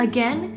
Again